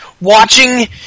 watching